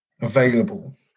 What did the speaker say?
available